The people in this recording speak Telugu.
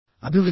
అభివృద్ధి